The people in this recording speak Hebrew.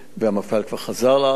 המפכ"ל כבר חזר לארץ,